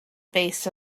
base